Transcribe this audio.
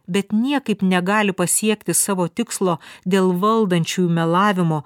bet niekaip negali pasiekti savo tikslo dėl valdančiųjų melavimo